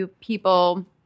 people